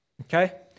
Okay